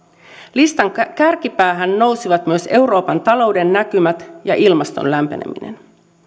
listan kärkipäähän nousivat myös euroopan talouden näkymät ja ilmaston lämpeneminen